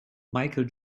michael